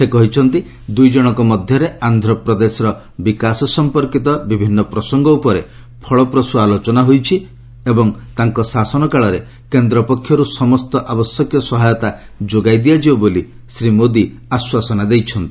ସେ କହିଛନ୍ତି ଦୁଇ ଜଣଙ୍କ ମଧ୍ୟରେ ଆନ୍ଧ୍ରପ୍ରଦେଶର ବିକାଶ ସମ୍ପର୍କିତ ବିଭିନ୍ନ ପ୍ରସଙ୍ଗ ଉପରେ ଫଳପ୍ରସୁ ଆଲୋଚନା ହୋଇଛି ଏବଂ ତାଙ୍କ ଶାସନ କାଳରେ କେନ୍ଦ୍ର ପକ୍ଷରୁ ସମସ୍ତ ଆବଶ୍ୟକୀୟ ସହାୟତା ଯୋଗାଇ ଦିଆଯିବ ବୋଲି ଶ୍ରୀ ମୋଦି ଆଶ୍ୱାସନା ଦେଇଛନ୍ତି